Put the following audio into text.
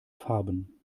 farben